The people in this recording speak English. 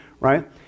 right